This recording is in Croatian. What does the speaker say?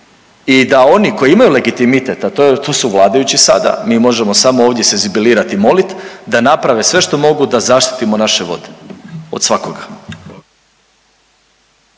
i da oni koji imaju legitimitet, a to je, to su vladajući sada, mi možemo samo ovdje senzibilirat i molit da naprave sve što mogu da zaštitimo naše vode od svakoga.